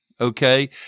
Okay